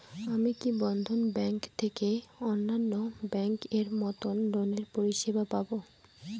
আমি কি বন্ধন ব্যাংক থেকে অন্যান্য ব্যাংক এর মতন লোনের পরিসেবা পাব?